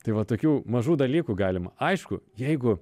tai va tokių mažų dalykų galima aišku jeigu